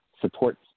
supports